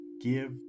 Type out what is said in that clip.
give